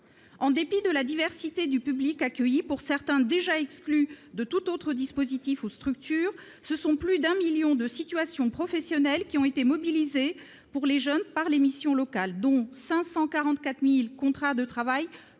En dépit de la diversité des personnes accueillies, dont certaines sont déjà exclues de tout autre dispositif ou structure, ce sont plus de 1 million de situations professionnelles qui ont été mobilisées pour les jeunes par les missions locales, dont 544 000 contrats de travail-en